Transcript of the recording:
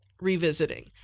revisiting